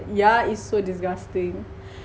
yeah it's so disgusting